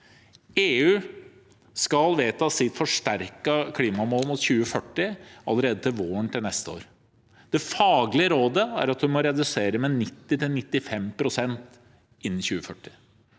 EU skal vedta sitt forsterkede klimamål mot 2040 allerede til våren neste år. Det faglige rådet er at vi må redusere med 90–95 pst. innen 2040.